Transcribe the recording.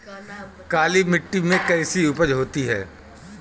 काली मिट्टी में कैसी उपज होती है?